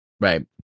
Right